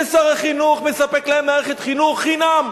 ושר החינוך מספק להם מערכת חינוך חינם,